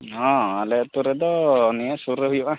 ᱦᱮᱸ ᱟᱞᱮ ᱟᱛᱳ ᱨᱮᱫᱚ ᱱᱤᱭᱟᱹ ᱥᱩᱨ ᱨᱮ ᱦᱩᱭᱩᱜᱼᱟ